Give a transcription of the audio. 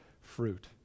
fruit